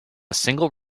single